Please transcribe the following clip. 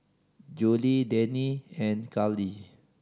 Julie Danny and Carlie